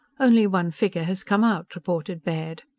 only one figure has come out, reported baird.